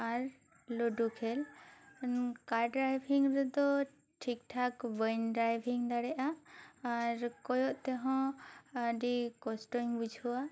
ᱟᱨ ludo ᱠᱷᱮᱞ ᱠᱟᱨ driving ᱨᱮᱫᱚ ᱴᱷᱤᱠ ᱴᱷᱟᱠ ᱵᱟᱹᱧ ᱰᱨᱟᱭᱵᱤᱝ ᱫᱟᱲᱮᱜᱼᱟ ᱟᱨ ᱠᱚᱭᱚᱜ ᱛᱮᱦᱚᱸ ᱟᱹᱰᱤ ᱠᱚᱥᱴᱚ ᱤᱧ ᱵᱩᱡᱷᱟᱹᱣᱟ